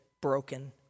broken